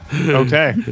Okay